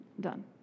Done